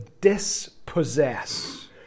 dispossess